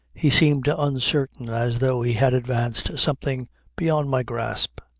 he seemed uncertain as though he had advanced something beyond my grasp.